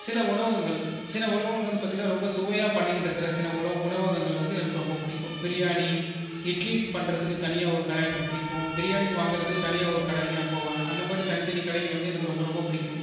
சில உணவகங்கள் சில உணவகங்கள் வந்து பார்த்திங்கன்னா ரொம்ப சுவையாக பண்ணிகிட்ருக்குற சில உணவகங்கள் வந்து எனக்கு ரொம்ப பிடிக்கும் பிரியாணி இட்லி பண்ணுறதுக்கு தனியாக ஒரு கடை எனக்கு பிடிக்கும் பிரியாணிக்கு வாங்கிறதுக்கு தனியாக ஒரு கடைக்கு நான் போவேன் அந்தமாதிரி தனித்தனி கடைகள் வந்து எனக்கு ரொம்ப ரொம்ப பிடிக்கும்